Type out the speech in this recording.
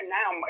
now